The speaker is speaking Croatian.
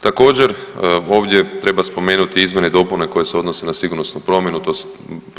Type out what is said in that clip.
Također ovdje treba spomenuti izmjene i dopune koje se odnose na sigurnosnu provjeru.